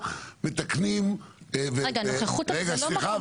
נוכחות --- סליחה,